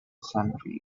sundry